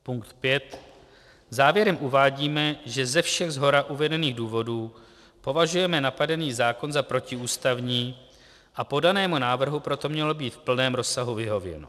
Punkt V. Závěrem uvádíme, že ze všech shora uvedených důvodů považujeme napadený zákon za protiústavní, a podanému návrhu proto mělo být v plném rozsahu vyhověno.